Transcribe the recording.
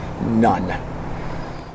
None